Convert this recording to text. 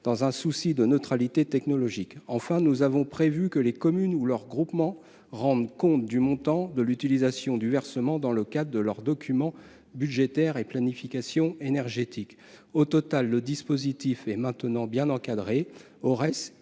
dans un souci de neutralité technologique. Enfin, nous avons prévu que les communes ou leurs groupements rendent compte du montant et de l'utilisation du versement, dans leur documentation budgétaire et dans leur planification énergétique. Par conséquent, le dispositif est désormais bien encadré.